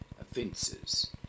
offences